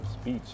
speech